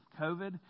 COVID